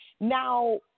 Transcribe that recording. Now